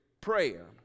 prayer